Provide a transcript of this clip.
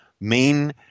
main